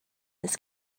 this